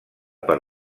per